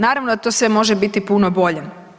Naravno da to sve može biti puno bolje.